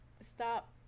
stop